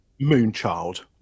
Moonchild